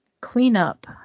cleanup